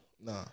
Nah